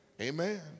Amen